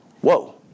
Whoa